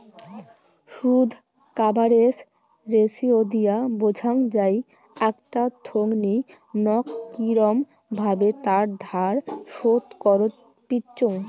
শুধ coverage ratio দিয়ে বোঝাং যাই আকটা থোঙনি নক কিরম ভাবে তার ধার শোধ করত পিচ্চুঙ